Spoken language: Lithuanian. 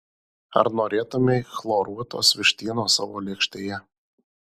ar norėtumei chloruotos vištienos savo lėkštėje